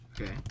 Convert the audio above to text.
okay